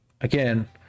again